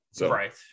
Right